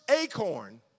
acorn